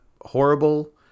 horrible